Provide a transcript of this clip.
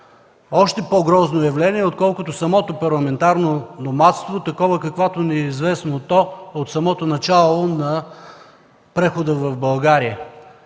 още по-грозно явление, отколкото самото парламентарно номадство, каквото ни е известно от самото начало на прехода в България.